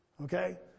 Okay